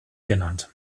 genannt